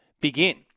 begin